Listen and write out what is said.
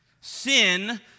Sin